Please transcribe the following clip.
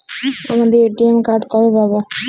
আমার ATM card কবে পাব?